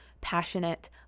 passionate